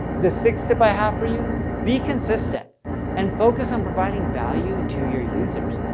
the sixth tip i have for you, be consistent and focus on providing value to your users.